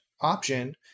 option